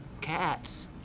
cats